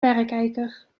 verrekijker